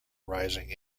rising